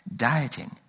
dieting